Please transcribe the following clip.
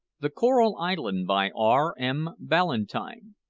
the coral island, by r m. ballantyne.